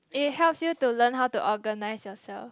it helps you to learn how to organize yourself